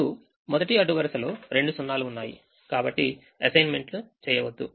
ఇప్పుడు మొదటి అడ్డు వరుసలో రెండు 0 లు ఉన్నాయి కాబట్టి అసైన్మెంట్ చేయవద్దు